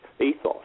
ethos